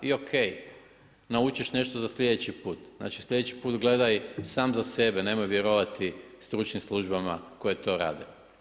I ok, naučiš nešto za sljedeći put, znači sljedeći put gledaj samo za sebe nemoj vjerovati stručnim službama koje to rade.